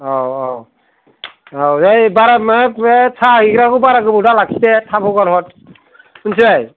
औ औ दै बारा बे साहा हैग्राखौ बारा गोबाव दालाखि दे थाब हगारहर मोनथिबाय